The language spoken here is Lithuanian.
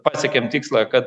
pasiekėm tikslą kad